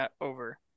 over